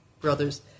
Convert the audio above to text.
brothers